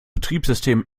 betriebssystem